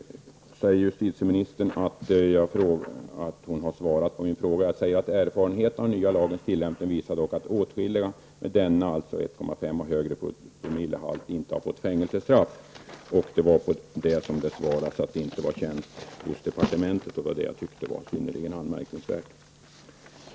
Justitieministern säger att hon har svarat på denna. Jag säger ju i min fråga: ''Erfarenheterna av den nya lagens tillämpning visar dock att åtskilliga med denna'' -- alltså 1,5 promille -- ''och högre promillehalt inte fått fängelsestraff --.'' Detta bemöts med påståendet att det här inte var känt på departementet. Det tycker jag är synnerligen anmärkningsvärt.